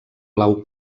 blau